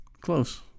Close